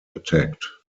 attacked